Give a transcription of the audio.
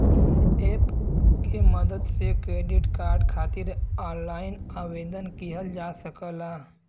app के मदद से क्रेडिट कार्ड खातिर ऑनलाइन आवेदन किहल जा सकला